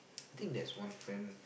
I think there is one friend